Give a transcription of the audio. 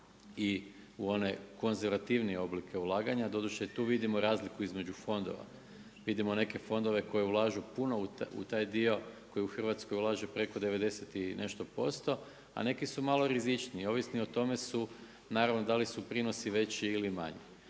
i one konzervativnije oblike ulaganja, doduše tu vidimo razliku između fondova. Vidimo neke fondove koji ulažu puno u taj dio koji u Hrvatskoj ulaže preko 91 i nešto posto, a neki su malo rizičniji, ovisno o tome su naravno, da li su prinosi veći ili manji.